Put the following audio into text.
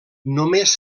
només